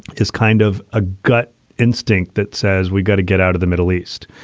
is kind of a gut instinct that says we've got to get out of the middle east.